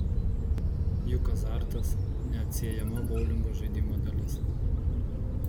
juk azartas neatsiejama boulingo žaidimo dalis